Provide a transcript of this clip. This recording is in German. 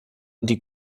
die